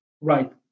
Right